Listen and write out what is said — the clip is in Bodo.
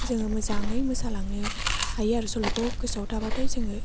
जोङो मोजाङै मोसालांनो हायो आरो सल'खौ गोसोआव थाबाथाय जोङो